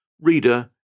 Reader